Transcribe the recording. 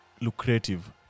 lucrative